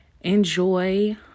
Enjoy